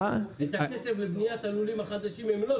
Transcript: את הכסף לבניית הלולים החדשים הם לא עוצרים.